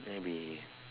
maybe